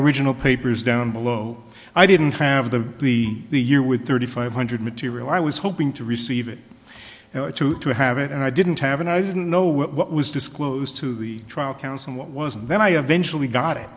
original papers down below i didn't have the the the year with thirty five hundred material i was hoping to receive it to have it and i didn't have an i didn't know what was disclosed to the trial counts and what wasn't then i eventually got it